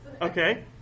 Okay